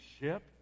ship